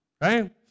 right